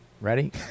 ready